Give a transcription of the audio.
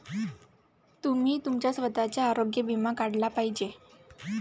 तुम्ही तुमचा स्वतःचा आरोग्य विमा काढला पाहिजे